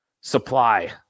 supply